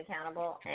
accountable